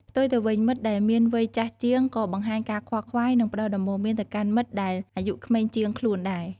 ផ្ទុយទៅវិញ មិត្តដែលមានវ័យចាស់ជាងក៏បង្ហាញការខ្វល់ខ្វាយ និងផ្តល់ដំបូន្មានទៅកាន់មិត្តដែលអាយុក្មេងជាងខ្លួនដែរ។